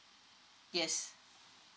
yes